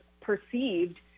perceived